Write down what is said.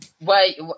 Wait